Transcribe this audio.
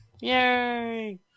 Yay